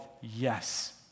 yes